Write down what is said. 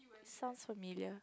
sounds familiar